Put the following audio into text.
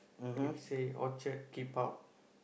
it say orchard keep out